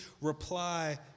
reply